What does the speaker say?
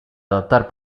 adoptar